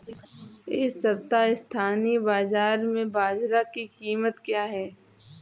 इस सप्ताह स्थानीय बाज़ार में बाजरा की कीमत क्या है?